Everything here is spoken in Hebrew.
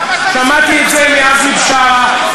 שמעתי את זה מעזמי בשארה,